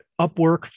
Upwork